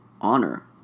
Honor